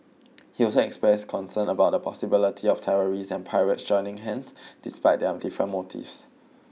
he also expressed concern about the possibility of terrorists and pirates joining hands despite their different motives